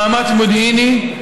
מאמץ מודיעיני,